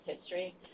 history